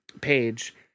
page